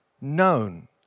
known